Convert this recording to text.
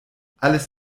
alles